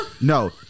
No